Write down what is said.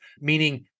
meaning